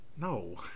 no